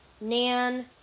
Nan